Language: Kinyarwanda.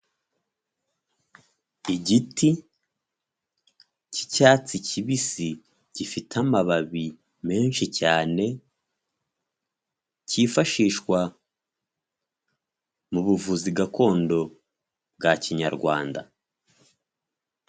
Igiti cy'icyatsi kibisi gifite amababi menshi cyane, cyifashishwa mu buvuzi gakondo bwa kinyarwanda.